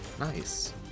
Nice